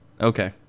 Okay